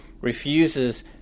refuses